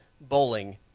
Bowling